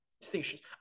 stations